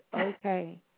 okay